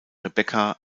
rebecca